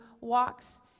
walks